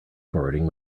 forwarding